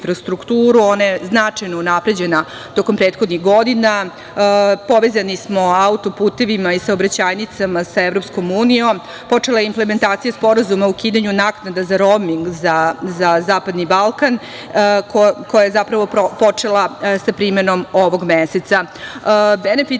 ona je značajno unapređena tokom prethodnih godina, povezani smo autoputevima i saobraćajnicama za EU, počela je implementacija Sporazuma o ukidanju naknada za roming za Zapadni Balkan, koja je zapravo počela sa primenom ovog